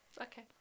Okay